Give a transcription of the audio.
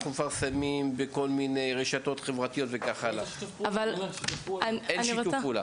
אנחנו מפרסמים בכל מיני רשתות חברתיות וכך הלאה.״ אבל אין שיתוף פעולה.